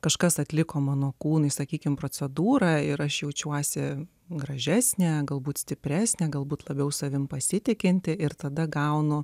kažkas atliko mano kūnui sakykime procedūrą ir aš jaučiuosi gražesnė galbūt stipresnė galbūt labiau savimi pasitikinti ir tada gaunu